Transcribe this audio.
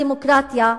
בדמוקרטיה,